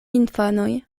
infanoj